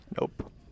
Nope